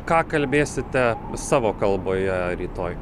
ką kalbėsite savo kalboje rytoj